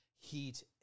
heat